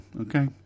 Okay